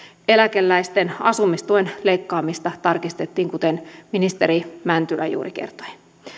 eläkeläisten asumistuen leikkaamista tarkistettiin kuten ministeri mäntylä juuri kertoi